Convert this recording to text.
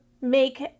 make